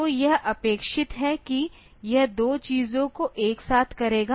तो यह अपेक्षित है कि यह दो चीजों को एक साथ करेगा